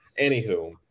Anywho